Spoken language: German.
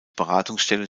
beratungsstelle